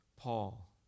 Paul